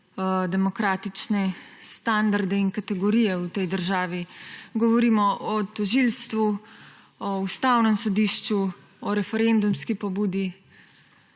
demokratični standardi in kategorije v tej državi. Govorimo o tožilstvu, o ustavnem sodišču, o referendumski pobudi.